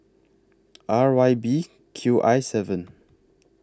R Y B Q I seven